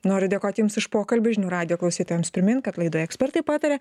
noriu dėkoti jums iš pokalbį žinių radijo klausytojams primint kad laidoje ekspertai pataria